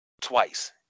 twice